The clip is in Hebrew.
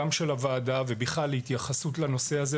גם של הוועדה ובכלל התייחסות לנושא הזה,